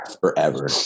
Forever